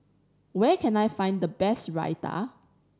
where can I find the best Raita